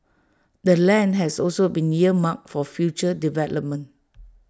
the land has also been earmarked for future development